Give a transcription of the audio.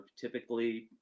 typically